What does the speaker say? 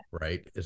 right